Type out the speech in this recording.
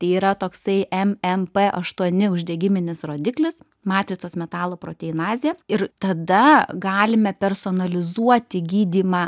tai yra toksai em em pė aštuoni uždegiminis rodiklis matricos metaloproteinazė ir tada galime personalizuoti gydymą